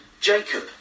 Jacob